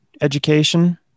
education